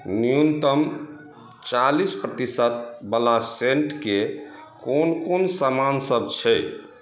न्यूनतम चालीस प्रतिशत बला सेंटके कोन कोन सामान सब छै